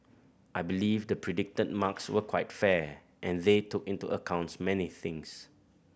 I believe the predicted marks were quite fair and they took into accounts many things